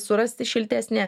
surasti šiltesnę